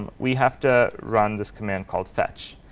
we have to run this command called fetch.